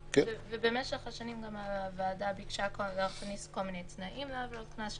במשך השנים הוועדה ביקשה להכניס כל מיני תנאים לעבירות קנס,